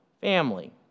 family